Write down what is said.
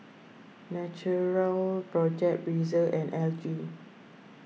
Natural Project Breezer and L G